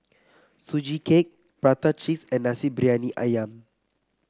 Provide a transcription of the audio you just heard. Sugee Cake Prata Cheese and Nasi Briyani ayam